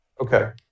Okay